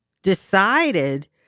decided